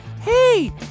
Hey